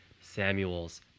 Samuel's